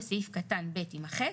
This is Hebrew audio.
וסעיף קטן (ב)- יימחק.